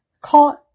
caught